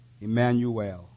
Emmanuel